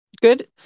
good